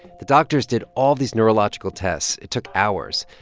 the doctors did all these neurological tests. it took hours.